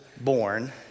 born